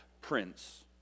Prince